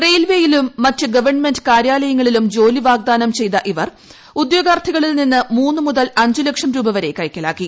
റെയിൽവേയിലും മറ്റ് ഗവൺമെന്റ് കാര്യാലയങ്ങളിലും ജോലി വാഗ്ദാനം ചെയ്ത ഇവർ ഉദ്യോഗാർത്ഥികളിൽ നിന്ന് മൂന്ന് മുതൽ അഞ്ച് ലക്ഷം രൂപ വരെ കൈക്കലാക്കി